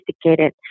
sophisticated